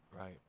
right